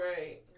Right